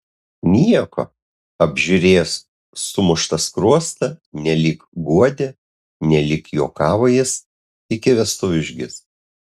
nieko apžiūrėjęs sumuštą skruostą nelyg guodė nelyg juokavo jis iki vestuvių užgis